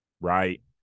right